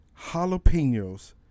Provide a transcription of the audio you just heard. jalapenos